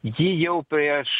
ji jau prieš